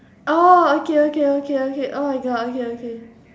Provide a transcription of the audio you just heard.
oh okay okay okay okay oh my god okay okay